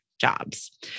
jobs